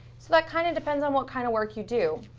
so that kind of depends on what kind of work you do.